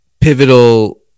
pivotal